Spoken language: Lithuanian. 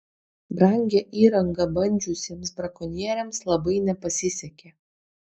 brangią įrangą bandžiusiems brakonieriams labai nepasisekė